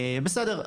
בסדר.